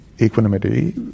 equanimity